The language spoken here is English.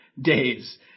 days